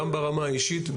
גם ברמה האישית,